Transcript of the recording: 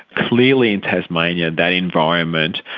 clearly in tasmania that environment